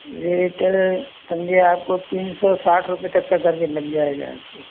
rate समझिए आपको तीन सौ साठ रुपये तक का करके मिल जाएगा आपको